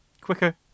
Quicker